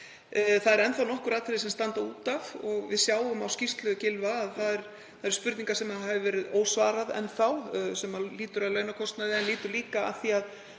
Það eru enn þá nokkur atriði sem standa út af og við sjáum í skýrslu Gylfa að það eru spurningar sem enn þá er ósvarað, það lýtur að launakostnaði en líka að því að